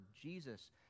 Jesus